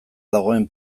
dagoen